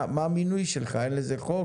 מה המינוי שלך, כמה זמן, אין לזה חוק?